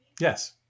Yes